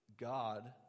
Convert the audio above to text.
God